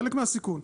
חלק מהסיכון.